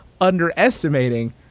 underestimating